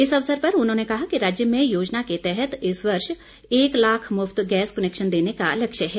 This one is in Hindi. इस अवसर पर उन्होंने कहा कि राज्य में योजना के तहत इस वर्ष एक लाख मुफ्त गैस कनैक्शन देने का लक्ष्य है